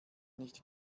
nicht